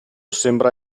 sembra